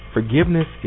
Forgiveness